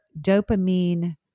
dopamine